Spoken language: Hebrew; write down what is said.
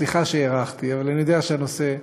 סליחה שהארכתי, אבל אני יודע שהנושא חשוב.